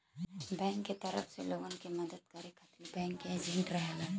bank क तरफ से लोगन क मदद करे खातिर बैंकिंग एजेंट रहलन